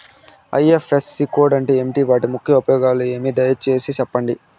IFSC code అంటే ఏమి? వీటి ముఖ్య ఉపయోగం ఏమి? దయసేసి సెప్పండి?